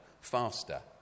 faster